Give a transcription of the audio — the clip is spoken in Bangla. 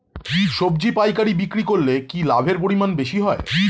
সবজি পাইকারি বিক্রি করলে কি লাভের পরিমাণ বেশি হয়?